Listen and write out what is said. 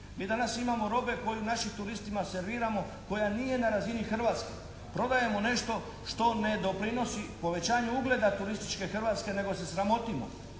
Mi danas imamo robe koju našim turistima serviramo, koja nije na razini Hrvatske. Prodajemo nešto što ne doprinosi povećanju ugleda turističke Hrvatske, nego se sramotimo.